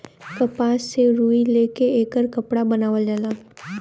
कपास से रुई ले के एकर कपड़ा बनावल जाला